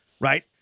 right